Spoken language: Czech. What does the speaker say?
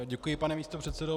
Děkuji, pane místopředsedo.